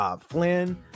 Flynn